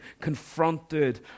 confronted